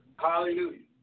Hallelujah